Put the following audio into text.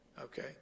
okay